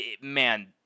Man